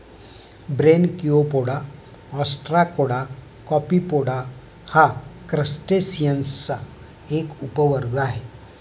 Branchiopoda, Ostracoda, Copepoda हा क्रस्टेसिअन्सचा एक उपवर्ग आहे